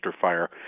fire